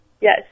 Yes